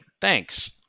thanks